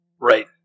Right